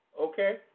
Okay